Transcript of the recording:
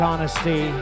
Honesty